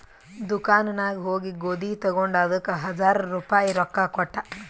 ದುಕಾನ್ ನಾಗ್ ಹೋಗಿ ಗೋದಿ ತಗೊಂಡ ಅದಕ್ ಹಜಾರ್ ರುಪಾಯಿ ರೊಕ್ಕಾ ಕೊಟ್ಟ